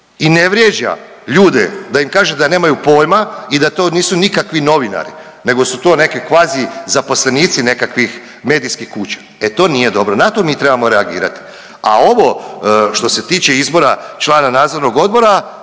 i ne vrijeđa ljude da im kaže da nemaju pojma i da to nisu nikakvi novinari nego su to neki kvazi zaposlenici nekakvih medijskih kuća, e to nije dobro, na to mi trebamo reagirati. A ovo što se tiče izbora člana nadzornog odbora